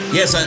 Yes